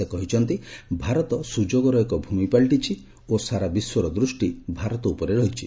ସେ କହିଛନ୍ତି ଭାରି ସୁଯୋଗର ଏକ ଭ୍ୟମି ପାଲଟିଛି ଓ ସାରା ବିଶ୍ୱର ଦୃଷ୍ଟି ଭାରତ ଉପରେ ରହିଛି